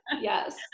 Yes